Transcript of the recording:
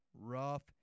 rough